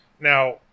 Now